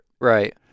Right